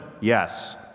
Yes